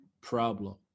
problem